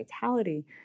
vitality